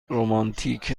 رومانتیک